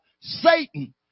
Satan